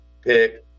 pick